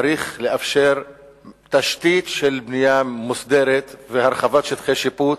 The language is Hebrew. צריך לאפשר תשתית של בנייה מוסדרת והרחבת שטחי שיפוט,